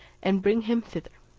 and bring him thither.